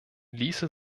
ließe